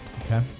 Okay